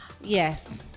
Yes